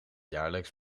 jaarlijks